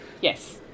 Yes